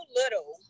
little